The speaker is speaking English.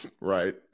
right